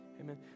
Amen